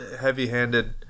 heavy-handed